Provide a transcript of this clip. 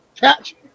catch